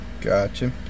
Gotcha